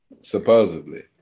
supposedly